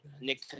Nick